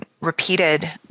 repeated